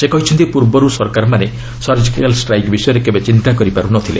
ସେ କହିଛନ୍ତି ପୂର୍ବରୁ ସରକାରମାନେ ସର୍ଜକାଲ୍ ଷ୍ଟ୍ରାଇକ୍ ବିଷୟରେ କେବେ ଚିନ୍ତା କରିପାରୁ ନଥିଲେ